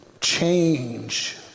change